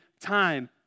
time